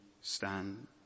stand